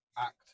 Act